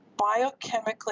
biochemically